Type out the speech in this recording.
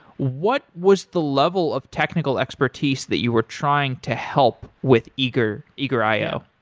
what was the level of technical expertise that you were trying to help with eager eager io.